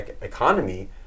economy